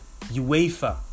UEFA